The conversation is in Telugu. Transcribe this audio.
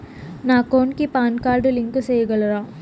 నా అకౌంట్ కు పాన్ కార్డు లింకు సేయగలరా?